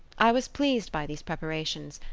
i was pleased by these preparations,